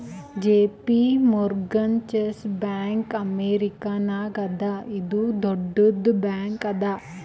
JP Morgan Chase bank ಅಮೇರಿಕಾನಾಗ್ ಅದಾ ಇದು ದೊಡ್ಡುದ್ ಬ್ಯಾಂಕ್ ಅದಾ